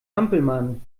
hampelmann